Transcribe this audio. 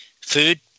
food